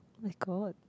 oh-my-God